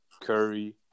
Curry